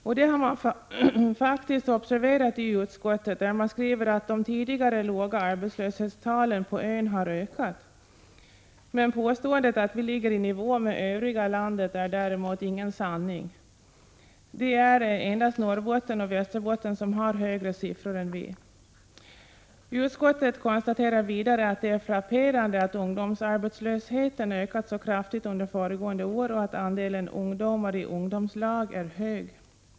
Detta har man faktiskt observerat i utskottet, som skriver att de tidigare låga arbetslöshetstalen för ön har ökat. Påståendet att vi ligger i nivå med övriga landet är däremot ingen sanning. Endast Norrbotten och Västerbotten redovisar högre siffror än vi. Utskottet konstaterar vidare att det är frapperande att ungdomsarbetslös heten har ökat så kraftigt under föregående år och att andelen ungdomar i — Prot. 1986/87:129 ungdomslag är hög.